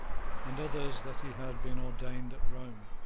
and others that he had been ordained at rome.